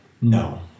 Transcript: No